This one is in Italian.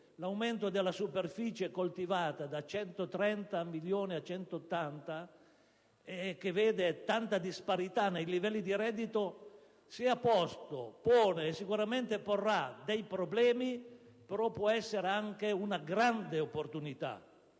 l'aumento della superficie coltivata da 130 a 180 milioni di ettari e che vede tanta disparità nei livelli di reddito, se ha posto, pone e sicuramente porrà dei problemi, può essere anche una grande opportunità: